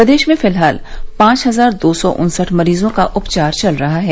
प्रदेश में फिलहाल पांच हजार दो सौ उन्सठ मरीजों का उपचार चल रहा है